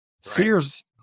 Sears